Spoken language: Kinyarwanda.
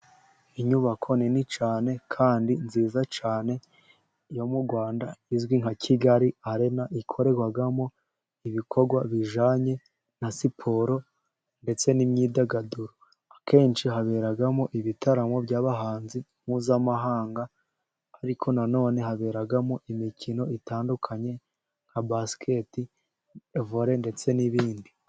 Inyubako nini cyane kandi nziza cyane, yo mu Rwanda izwi nka Kigali arena, ikorerwamo ibikorwa bijyanye na siporo, ndetse n'imyidagaduro. Akenshi haberamo ibitararamo by'abahanzi mpuzamahanga, ariko na none haberamo imikino itandukanye, nka basikete, vore, ndetse n'ibindi.